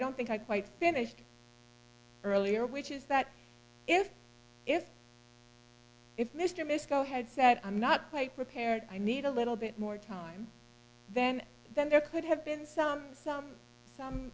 don't think i quite finished earlier which is that if if if mr miska had said i'm not quite prepared i need a little bit more time then then there could have been some some some